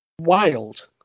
wild